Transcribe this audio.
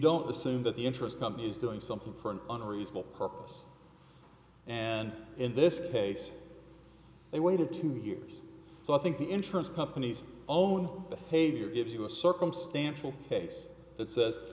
don't assume that the interest company is doing something for an unreasonable purpose and in this case they waited two years so i think the insurance company's own behavior gives you a circumstantial case that says